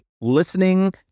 listening